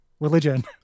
Religion